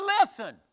listen